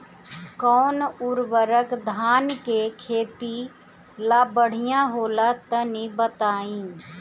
कौन उर्वरक धान के खेती ला बढ़िया होला तनी बताई?